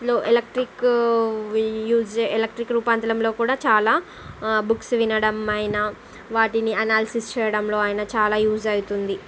electric use చేయడం electric రూపాంతరంలో కూడా చాలా బుక్స్ వినడం అయినా వాటిని ఎనాలిసిస్ చేయడంలో అయినా చాలా యూజ్ అవుతుంది